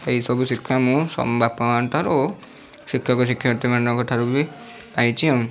ଏଇସବୁ ଶିକ୍ଷା ମୁଁ ବାପାମାଆଙ୍କ ଠାରୁ ଶିକ୍ଷକ ଶିକ୍ଷୟତ୍ରୀମାନଙ୍କ ଠାରୁ ବି ପାଇଖା ଆଉ